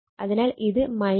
അതിനാൽ ഇത് j 10 ആണ്